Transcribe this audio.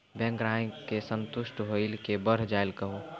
Bank ग्राहक के संतुष्ट होयिल के बढ़ जायल कहो?